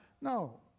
No